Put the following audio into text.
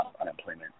unemployment